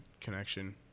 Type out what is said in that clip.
connection